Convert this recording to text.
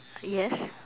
yes